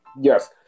Yes